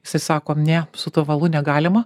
jsiai sako ne su tuo valu negalima